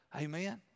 Amen